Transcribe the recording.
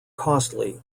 costly